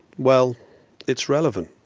well it's relevant.